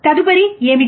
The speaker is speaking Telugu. తదుపరి ఏమిటి